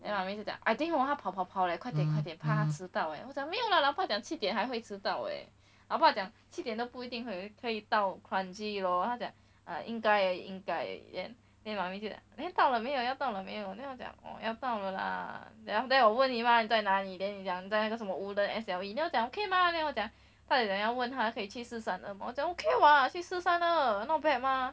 then 妈咪讲 I think hor 他跑跑跑 leh 快点快点怕他迟到 leh 我讲没有 lah 老爸讲七点还还会迟到 leh 老爸讲七点都不一定可以可以到 kranji lor 他讲应该而已应该而已 then then 妈咪就讲 then 到了没有要到了没有 then 我讲 err 要到了 lah then after that 我问你 mah 你在哪里 then 你讲在什么 woodland S_L_E then 我讲 okay mah then 我讲他有讲要问他可以去四三二 mah 我讲 okay [what] 去四三二 not bad mah